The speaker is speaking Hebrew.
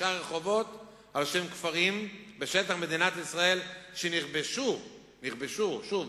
רחובות על שם כפרים בשטח מדינת ישראל ש"נכבשו" שוב,